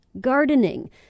gardening